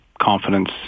confidence